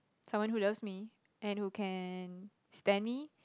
someone who loves me and who can stand me